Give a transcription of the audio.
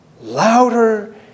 Louder